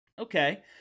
Okay